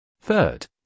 Third